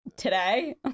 today